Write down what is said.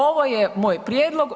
Ovo je moj prijedlog.